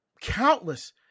countless